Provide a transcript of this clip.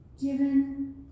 given